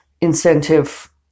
incentive